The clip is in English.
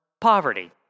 poverty